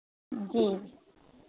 جی